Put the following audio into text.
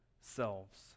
selves